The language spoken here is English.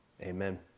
Amen